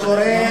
מה שקורה,